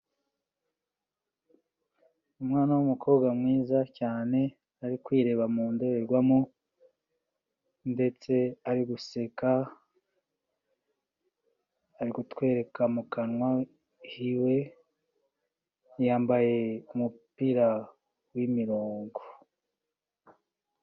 Umwana w'umukobwa mwiza cyane, ari kwireba mu ndorerwamo, ndetse ari guseka, ari kutwereka mu kanwa hiwe, yambaye umupira w'imirongo.